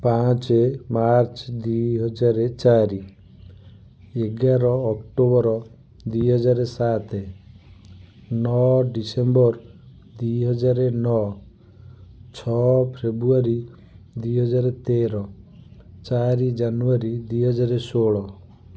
ପାଞ୍ଚେ ମାର୍ଚ୍ଚ ଦୁଇ ହଜାର ଚାରି ଏଗାର ଅକ୍ଟୋବର ଦୁଇ ହଜାର ସାତେ ନଅ ଡିସେମ୍ବର ଦୁଇ ହଜାର ନଅ ଛଅ ଫେବୃଆରୀ ଦୁଇ ହଜାର ତେର ଚାରି ଜାନୁଆରୀ ଦୁଇ ହଜାର ଷୋହଳ